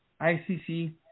ICC